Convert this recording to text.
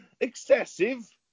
Excessive